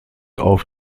auf